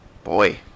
Boy